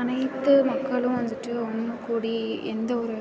அனைத்து மக்களும் வந்துட்டு ஒன்று கூடி எந்த ஒரு